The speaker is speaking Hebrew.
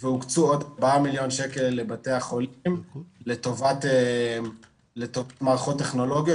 והוקצו עוד ארבעה מיליון שקל לבתי החולים לטובת מערכות טכנולוגיות